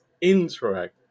interact